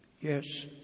Yes